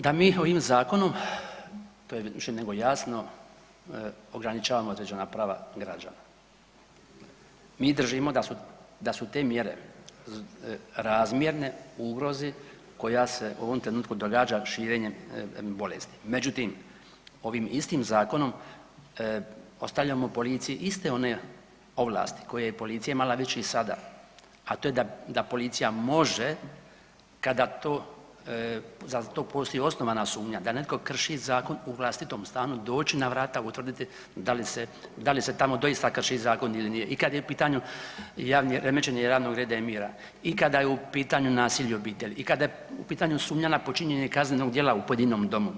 Da mi ovim zakonom to je više nego jasno ograničavamo određena prava građana, mi držimo da su te mjere razmjerne ugrozi koja se u ovom trenutku događa širenjem bolesti, međutim ovim istim zakonom ostavljamo policiji iste one ovlasti koje je policija imala već i sada, a to je da policija može kada za to postoji osnovana sumnja da netko krši zakon u vlastitom stanu doći na vrata, utvrditi da li se tamo doista krši zakon ili ne i kada je u pitanju remećenje javnog reda i mira i kada je u pitanju nasilje u obitelji i kada je u pitanju sumnja na počinjenje kaznenog djela u pojedinom domu.